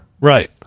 Right